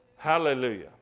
Hallelujah